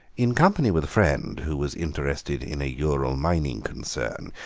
in company with a friend, who was interested in a ural mining concern,